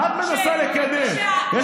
שראש הממשלה שלך בפניקה, מה את מנסה לקדם?